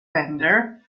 fender